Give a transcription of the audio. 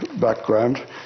background